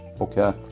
okay